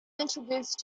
introduced